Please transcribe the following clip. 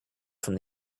from